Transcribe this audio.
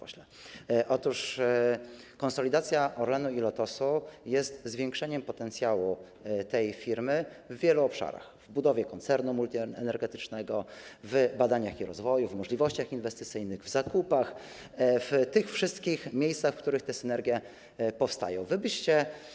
Otóż konsolidacja Orlenu i Lotosu jest zwiększeniem potencjału firmy w wielu obszarach: w budowie koncernu multienergetycznego, w badaniach i rozwoju, w możliwościach inwestycyjnych, w zakupach, we wszystkich miejscach, w których powstają te synergie.